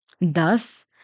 Thus